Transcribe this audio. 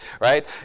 right